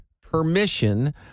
permission